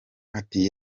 ati